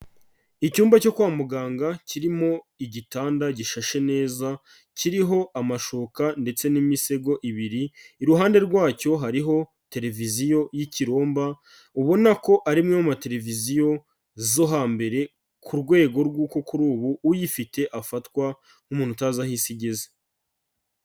Icyumba cyo kwa muganga kirimo igitanda gishashe neza, kiriho amashuka ndetse n'imisego ibiri, iruhande rwacyo hariho televiziyo y'ikiromba ubona ko ari imwe mu ma televiziyo zo hambere ku rwego rw'uko kuri ubu uyifite afatwa nk'umuntu utazi aho isi igeze.